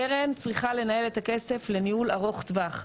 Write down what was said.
הקרן צריכה לנהל את הכסף לניהול ארוך טווח,